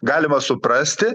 galima suprasti